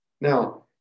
Now